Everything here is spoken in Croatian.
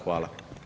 Hvala.